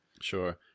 Sure